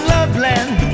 Loveland